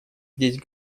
здесь